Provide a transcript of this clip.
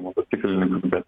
motociklininkų bet